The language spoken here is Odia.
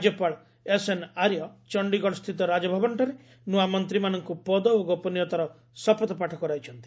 ରାଜ୍ୟପାଳ ଏସ୍ଏନ୍ ଆର୍ଯ୍ୟ ଚଣ୍ଡିଗଡ଼ ସ୍ଥିତ ରାଜଭବନଠାରେ ନୂଆ ମନ୍ତ୍ରୀମାନଙ୍କୁ ପଦ ଓ ଗୋପନୀୟତାର ଶପଥପାଠ କରାଇଛନ୍ତି